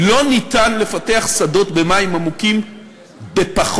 לא ניתן לפתח שדות במים עמוקים בפחות.